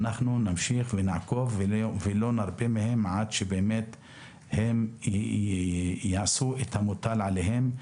אנחנו נמשיך ונעקוב ולא נרפה מהם עד שהם יעשו את המוטל עליהם.